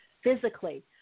Physically